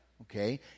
Okay